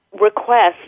request